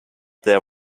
there